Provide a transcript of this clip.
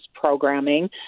programming